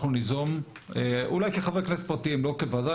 אנחנו ניזום אולי כחברי כנסת פרטיים, לא כוועדה.